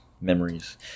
memories